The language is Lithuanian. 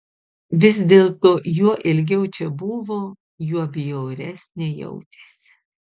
vis dėlto juo ilgiau čia buvo juo bjauresnė jautėsi